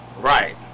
Right